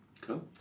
Cool